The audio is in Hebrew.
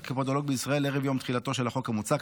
כפודולוג בישראל ערב יום תחילתו של החוק המוצע,